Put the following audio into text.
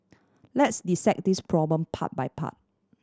let's dissect this problem part by part